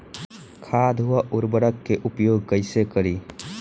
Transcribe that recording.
खाद व उर्वरक के उपयोग कईसे करी?